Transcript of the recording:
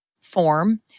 form